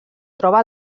troba